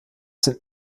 sind